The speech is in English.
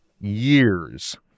years